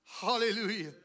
Hallelujah